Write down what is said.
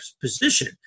position